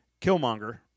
Killmonger